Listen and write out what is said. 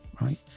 right